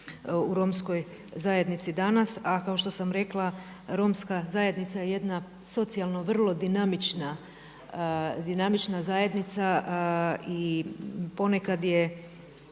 u romskoj zajednici danas. A kao što sam rekla, romska zajednica je jedna socijalno vrlo dinamična zajednica i ponekad nije